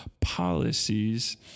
policies